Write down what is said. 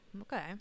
Okay